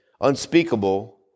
unspeakable